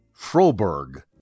Froberg